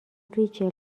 ریچل